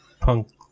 punk